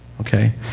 okay